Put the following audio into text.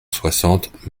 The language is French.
soixante